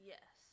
Yes